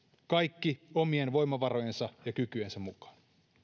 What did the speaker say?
kaikki omien voimavarojensa ja kykyjensä mukaan